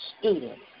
students